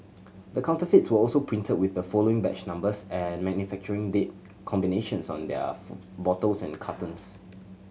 the counterfeits were also printed with the following batch numbers and manufacturing date combinations on their bottles and cartons